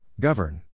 Govern